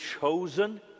chosen